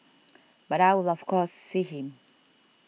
but I will of course see him